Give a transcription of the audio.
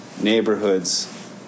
Neighborhoods